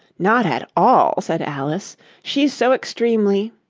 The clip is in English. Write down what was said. not at all said alice she's so extremely